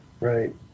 Right